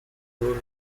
door